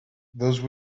those